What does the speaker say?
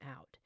out